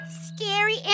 scary